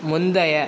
முந்தைய